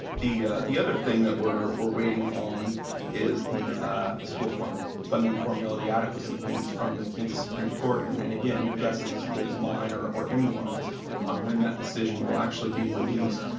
the the other thing that we're we're waiting on is the the school funding funding formula, the adequacy piece from the kansas supreme court. and and again, your guess is as good as mine or or anyone's on when that decision will actually be released.